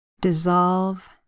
Dissolve